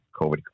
COVID